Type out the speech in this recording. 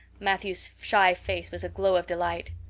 matthew's shy face was a glow of delight.